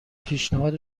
پیشنهاد